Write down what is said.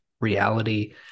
reality